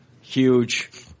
huge